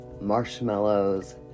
marshmallows